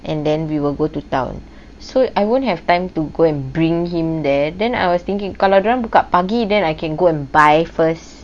and then we will go to town so I won't have time to go and bring him there then I was thinking kalau dia orang buka pagi then I can go and buy first